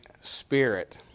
Spirit